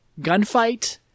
gunfight